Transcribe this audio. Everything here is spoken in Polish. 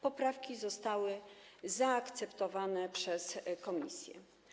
Poprawki zostały zaakceptowane przez komisje.